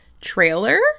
trailer